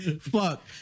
Fuck